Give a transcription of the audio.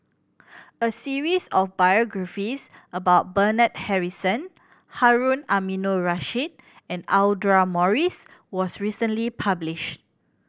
a series of biographies about Bernard Harrison Harun Aminurrashid and Audra Morrice was recently published